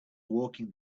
walking